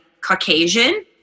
Caucasian